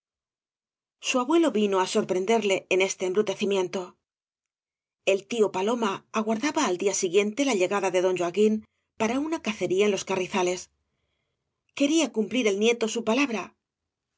su abuelo vino á sorprenderle en este embru íecimiento el tío paloma aguardaba al día bí guíente la llegada de don joaquín para una cacería en ios carrizales quería cumplir el nieto eu palabra